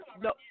no